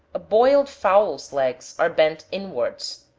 a boiled fowl's legs are bent inwards,